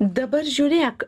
dabar žiūrėk